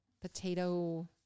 potato